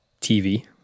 TV